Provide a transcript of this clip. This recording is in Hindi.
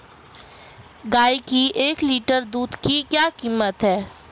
गाय के एक लीटर दूध की क्या कीमत है?